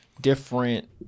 different